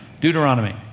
Deuteronomy